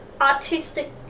artistic